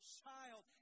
child